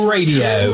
Radio